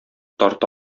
тарта